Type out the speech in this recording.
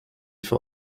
for